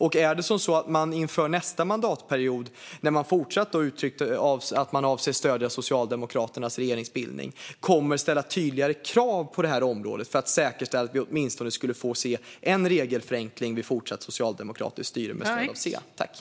Och kommer Centerpartiet inför nästa mandatperiod, när man har fortsatt att uttrycka att man avser att stödja Socialdemokraternas regeringsbildning, att ställa tydligare krav på området för att säkerställa att vi åtminstone kommer att få se en enda regelförenkling vid fortsatt socialdemokratiskt styre med stöd av C?